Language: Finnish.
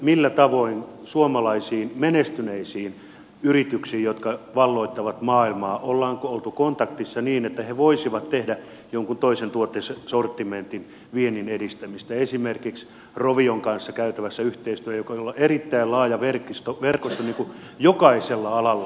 millä tavoin suomalaisiin menestyneisiin yrityksiin jotka valloittavat maailmaa ollaan oltu kontaktissa niin että he voisivat tehdä jonkun toisen tuotesortimentin viennin edistämistä esimerkiksi rovion kanssa käytävässä yhteistyössä joka voi olla erittäin laaja verkosto jokaisella alalla